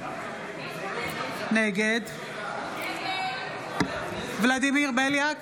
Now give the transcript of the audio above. נגד ולדימיר בליאק,